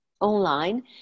online